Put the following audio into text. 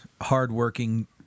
hardworking